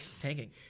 Tanking